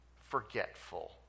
forgetful